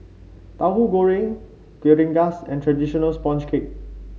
Tauhu Goreng Kuih Rengas and traditional sponge cake